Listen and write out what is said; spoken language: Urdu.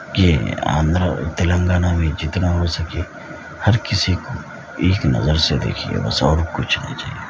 کہ آندھرا تلنگانہ میں جتنا ہو سکے ہر کسی کو ایک نظر سے دیکھیے بس اور کچھ نہیں چاہیے